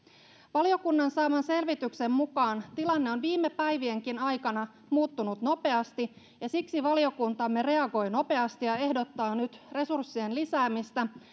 valiokunnan saaman selvityksen mukaan tilanne on viime päivienkin aikana muuttunut nopeasti ja siksi valiokuntamme reagoi nopeasti ja ehdottaa nyt resurssien lisäämistä